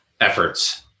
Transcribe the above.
efforts